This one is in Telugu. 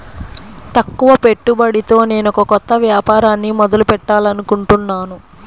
తక్కువ పెట్టుబడితో నేనొక కొత్త వ్యాపారాన్ని మొదలు పెట్టాలనుకుంటున్నాను